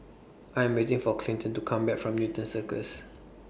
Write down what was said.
I Am waiting For Clinton to Come Back from Newton Circus